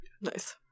Nice